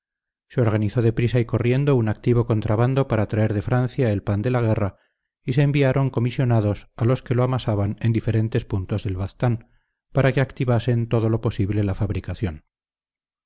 se organizó de prisa y corriendo un activo contrabando para traer de francia el pan de la guerra y se enviaron comisionados a los que lo amasaban en diferentes puntos del baztán para que activasen todo lo posible la fabricación